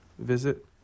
visit